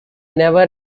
never